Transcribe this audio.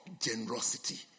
generosity